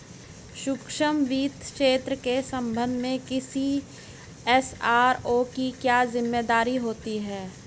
सूक्ष्म वित्त क्षेत्र के संबंध में किसी एस.आर.ओ की क्या जिम्मेदारी होती है?